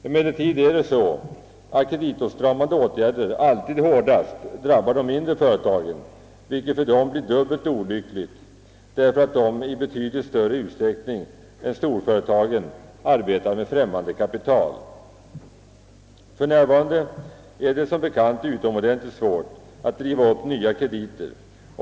Emellertid förhåller det sig så, att kreditåtstramande åtgärder alltid hårdast drabbar de mindre företagen, vilket för dem är dubbelt olyckligt emedan de i betydligt större utsträckning än storföretagen arbetar med främmande kapital. För närvarande är det som bekant utomordentligt svårt att driva upp nya krediter.